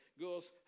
goes